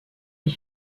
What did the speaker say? les